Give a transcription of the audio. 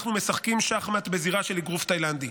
אנחנו משחקים שחמט בזירה של אגרוף תאילנדי,